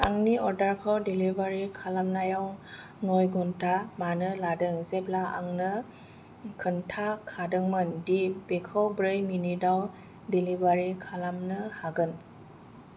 आंनि अर्डारखौ डेलिबारि खालामनायाव नय घन्टा मानो लादों जेब्ला आंनो खोनथाखादोंमोन दि बेखौ ब्रै मिनिटाव डेलिबारि खालामनो हागोन